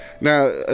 Now